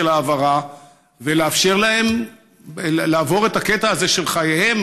ההעברה ולאפשר להם לעבור את הקטע הזה של חייהם,